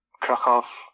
Krakow